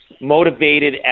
motivated